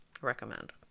recommend